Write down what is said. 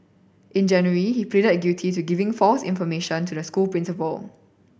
in January he pleaded guilty to giving false information to the school principal